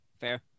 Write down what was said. Fair